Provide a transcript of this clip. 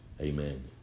amen